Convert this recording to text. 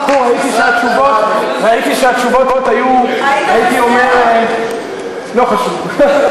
חכו, ראיתי שהתשובות היו, הייתי אומר, לא חשוב.